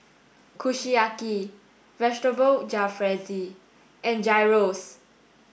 Kushiyaki Vegetable Jalfrezi and Gyros